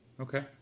Okay